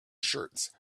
shirts